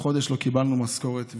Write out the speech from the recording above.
החודש לא קיבלנו משכורת,